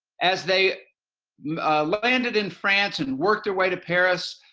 as they landed in france and worked their way to paris,